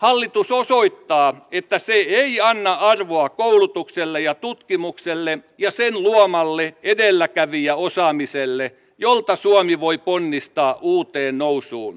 hallitus osoittaa että se ei anna arvoa koulutukselle ja tutkimukselle ja niiden luomalle edelläkävijäosaamiselle jolta suomi voi ponnistaa uuteen nousuun